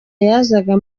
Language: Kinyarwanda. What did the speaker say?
yazaga